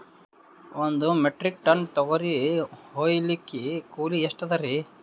ಒಂದ್ metric ton ತೊಗರಿ ಹೋಯಿಲಿಕ್ಕ ಕೂಲಿ ಎಷ್ಟ ಅದರೀ?